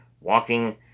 walking